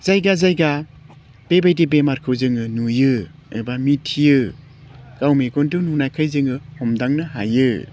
जायगा जायगा बेबायदि बेमारखौ जोङो नुयो एबा मिथियो गाव मेगनजों नुनायखाय जोङो हमदांनो हायो